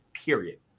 period